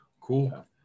Cool